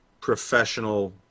professional